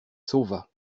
sauva